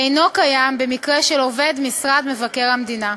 אינו קיים במקרה של עובד משרד מבקר המדינה.